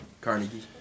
Carnegie